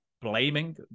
blaming